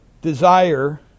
desire